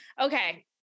Okay